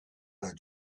her